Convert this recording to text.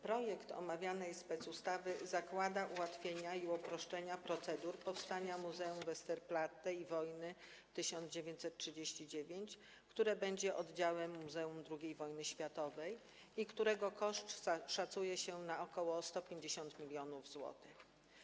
Projekt omawianej specustawy zakłada ułatwienia i uproszczenia procedur powstania Muzeum Westerplatte i Wojny 1939, które będzie oddziałem Muzeum II Wojny Światowej i którego koszt szacuje się na ok. 150 mln zł.